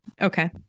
okay